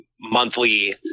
monthly